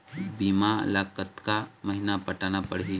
बीमा ला कतका महीना पटाना पड़ही?